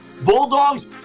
bulldogs